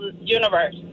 universe